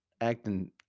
Acting